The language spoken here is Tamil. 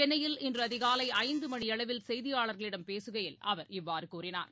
சென்னையில் இன்றுஅதிகாலைஐந்துமணியளவில் செய்தியாளர்களிடம் பேசுகையில் அவர் இவ்வாறுகூறினார்